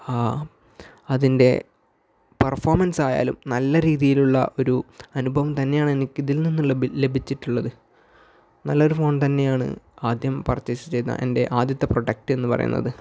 അതിൻ്റെ പെർഫോമൻസ് ആയാലും നല്ല രീതിയിലുള്ള ഒരു അനുഭവം തന്നെയാണ് എനിക്ക് ഇതിൽ നിന്നും ലഭിച്ചിട്ടുള്ളത് നല്ല ഒരു ഫോൺ തന്നെയാണ് ആദ്യം പർച്ചേസ് ചെയ്ത എൻ്റെ ആദ്യത്തെ പ്രൊഡക്റ്റ് എന്നു പറയുന്നത്